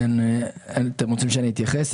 אתם רוצים שאני אתייחס?